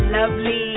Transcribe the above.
Lovely